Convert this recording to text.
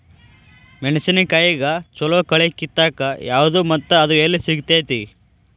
ಮೆಣಸಿನಕಾಯಿಗ ಛಲೋ ಕಳಿ ಕಿತ್ತಾಕ್ ಯಾವ್ದು ಮತ್ತ ಅದ ಎಲ್ಲಿ ಸಿಗ್ತೆತಿ?